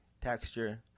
texture